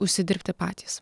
užsidirbti patys